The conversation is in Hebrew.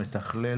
מתכלל,